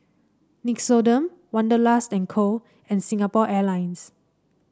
Nixoderm Wanderlust and Co and Singapore Airlines